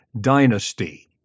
dynasty